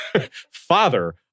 Father